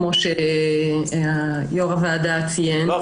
כמו שיו"ר הוועדה ציין --- לא,